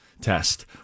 test